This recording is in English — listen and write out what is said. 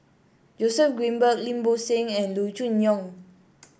Joseph Grimberg Lim Bo Seng and Loo Choon Yong